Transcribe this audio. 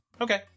Okay